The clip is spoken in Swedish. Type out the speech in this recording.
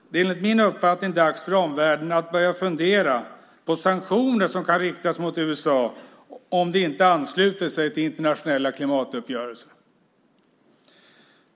Det är enligt min uppfattning dags för omvärlden att börja fundera på sanktioner som kan riktas mot USA om de inte ansluter sig till internationella klimatuppgörelser.